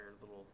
little